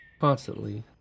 constantly